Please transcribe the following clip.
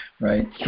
right